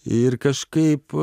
ir kažkaip